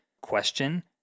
question